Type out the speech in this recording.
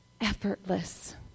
effortless